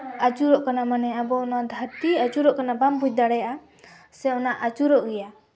ᱟᱹᱪᱩᱨᱚᱜ ᱠᱟᱱᱟ ᱢᱟᱱᱮ ᱟᱵᱚ ᱱᱚᱣᱟ ᱫᱷᱟᱹᱨᱛᱤ ᱟᱹᱪᱩᱨᱚᱜ ᱠᱟᱱᱟ ᱵᱟᱢ ᱵᱩᱡᱽ ᱫᱟᱲᱮᱭᱟᱜᱼᱟ ᱥᱮ ᱚᱱᱟ ᱟᱹᱪᱩᱨᱚᱜ ᱜᱮᱭᱟ